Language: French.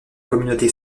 communauté